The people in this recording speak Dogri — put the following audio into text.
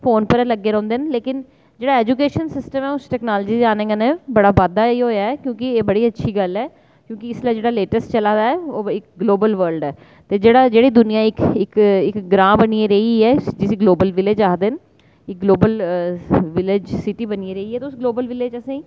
फोन पर गै लग्गे दे रौंह्दे न पर जेह्ड़ा ऐजूकेशन सिस्टम ऐ ओह् टेक्नोलॉज़ी आने कन्नै बाद्धा ई होआ ऐ कि एह् बड़ी अच्छी गल्ल ऐ क्योंकि इसलै जेह्ड़ा लेटैस्ट चला दा ऐ ओह् ग्लोबल वल्ड ऐ ते जेह्ड़ी दूनिया इक्क ग्रांऽ बनियै रेही ऐ जिसी ग्लोबल विलेज़ आक्खदे न एह् ग्लोबल विलेज़ सिटी बनियै रेही ऐ ते ओह् ग्लोबल विलेज़ असेंगी